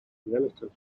relative